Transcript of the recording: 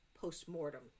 post-mortem